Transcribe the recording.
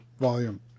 volume